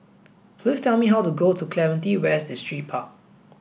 please tell me how to go to Clementi West Distripark